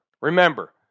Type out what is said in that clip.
remember